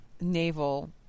naval